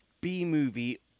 B-movie